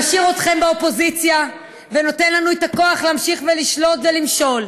שמשאיר אתכם באופוזיציה ונותן לנו את הכוח להמשיך ולשלוט ולמשול.